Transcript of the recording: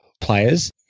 players